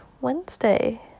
Wednesday